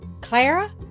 Clara